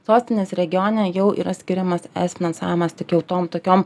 sostinės regione jau yra skiriamas es finansavimas tik jau tom tokiom